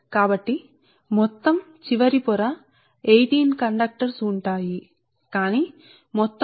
కాబట్టి మొత్తం చివరి పొర 18 కండక్టర్లు అవుతాయి కానీ మొత్తం 37 అవుతుంది